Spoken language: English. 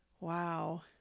Wow